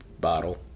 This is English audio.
bottle